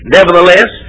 Nevertheless